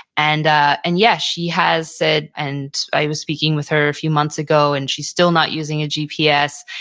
and ah and yes. she has said, and i was speaking with her a few months ago, and she's still not using a gps.